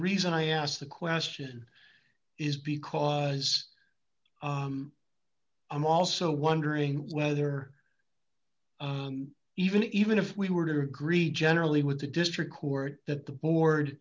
reason i asked the question is because i'm also wondering whether even even if we were to agree generally with the district court that the